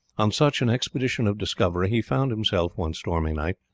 on such an expedition of discovery he found himself, one stormy night,